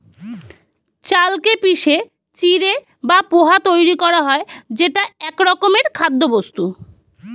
চালকে পিষে চিঁড়ে বা পোহা তৈরি করা হয় যেটা একরকমের খাদ্যবস্তু